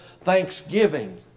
thanksgiving